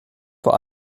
vor